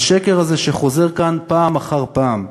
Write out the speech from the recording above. והשקר הזה שחוזר כאן פעם אחר פעם,